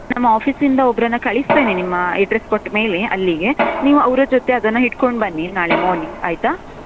ನಮ್ಮ ಆಫೀಸಿಂದ ಒಬ್ಬರನ್ನು ಕಳಿಸ್ತೇನೆ ನಿಮ್ಮ ಅಡ್ರೆಸ್ ಕೊಟ್ಟ ಮೇಲೆ ಅಲ್ಲಿಗೆ ನೀವು ಅವರ ಜೊತೆ ಅದನ್ನು ಹಿಡ್ಕೊಂಡು ಬನ್ನಿ ನಾಳೆ ಮಾರ್ನಿಂಗ್ ಆಯಿತಾ